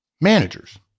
managers